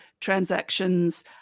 transactions